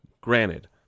Granted